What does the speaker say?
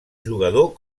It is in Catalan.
jugador